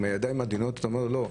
עם הידיים העדינות שלו ואומר לו: לא,